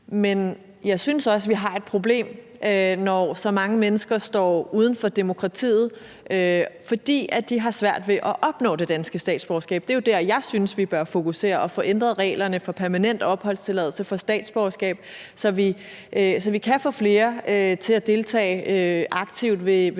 Men jeg synes også, at vi har et problem, når så mange mennesker står uden for demokratiet, fordi de har svært ved at opnå dansk statsborgerskab. Det er jo det, jeg synes vi bør fokusere på ved at få ændret reglerne for permanent opholdstilladelse og for statsborgerskab, så vi kan få flere til at deltage aktivt også ved